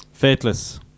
Faithless